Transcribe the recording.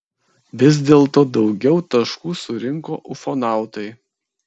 vis dėlto daugiau taškų surinko ufonautai